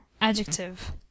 adjective